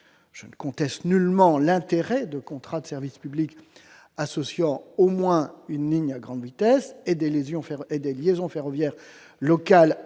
Je ne conteste nullement l'intérêt de contrats de service public associant au moins une ligne à grande vitesse et des liaisons ferroviaires locales